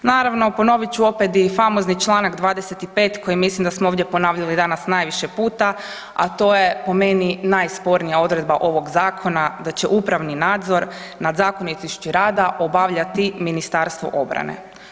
Naravno, ponovit ću opet i famozni čl. 25. koji mislim da smo ovdje ponavljali danas najviše puta, a to je po meni najspornija odredba ovog zakona, da će upravni nadzor nad zakonitošću rada obavljati Ministarstvo obrane.